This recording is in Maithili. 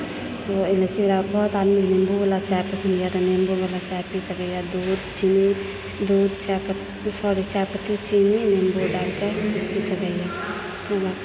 तऽ इलायची देलाके बाद आदमीके नेबोबला चाय पसन्द यऽ तऽ नेबोबला चाय पी सकयए दूध चीनी दूध चाय पत्ती सॉरी चाय पत्ती चीनी आओर नेबो डालके पी सकयए